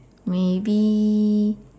maybe